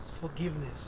forgiveness